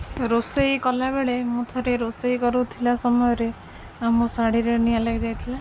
ରୋଷେଇ କଲାବେଳେ ମୁଁ ଥରେ ରୋଷେଇ କରୁଥିଲା ସମୟରେ ମୋ ଶାଢ଼ୀରେ ନିଆଁ ଲାଗିଯାଇଥିଲା